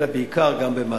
אלא בעיקר במעשים.